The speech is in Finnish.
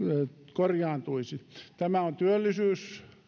korjaantuisi tämä on